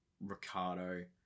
Ricardo